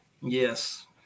Yes